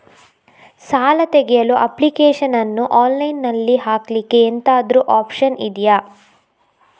ಸಾಲ ತೆಗಿಯಲು ಅಪ್ಲಿಕೇಶನ್ ಅನ್ನು ಆನ್ಲೈನ್ ಅಲ್ಲಿ ಹಾಕ್ಲಿಕ್ಕೆ ಎಂತಾದ್ರೂ ಒಪ್ಶನ್ ಇದ್ಯಾ?